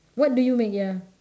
what do you make ya